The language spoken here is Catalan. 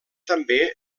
també